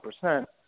percent